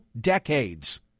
decades